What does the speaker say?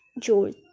George